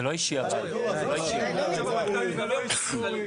אייל תמשיך.